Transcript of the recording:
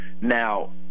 Now